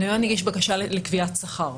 הנאמן יגיש בקשה לקביעת שכר.